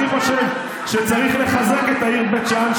אני חושב שצריך לחזק את העיר בית שאן,